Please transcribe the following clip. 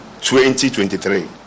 2023